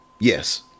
Yes